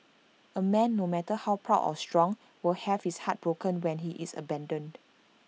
A man no matter how proud or strong will have his heart broken when he is abandoned